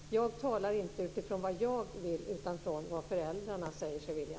Jag talar inte utifrån vad jag vill utan utifrån vad föräldrarna säger sig vilja.